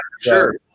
sure